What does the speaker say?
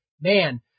man